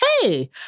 hey